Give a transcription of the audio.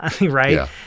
right